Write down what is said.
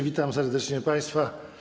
Witam serdecznie państwa.